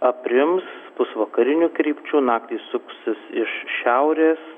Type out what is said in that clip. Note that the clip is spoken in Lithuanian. aprims pūs vakarinių krypčių naktį suksis iš šiaurės